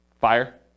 Fire